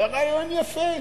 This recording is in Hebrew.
אבל הרעיון יפה.